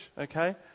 okay